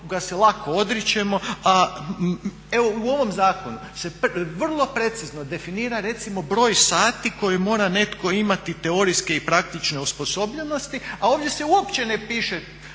u ovom zakonu se vrlo precizno definira recimo broj sati koji netko mora imati teorijske i praktične osposobljenosti, a ovdje se uopće ne piše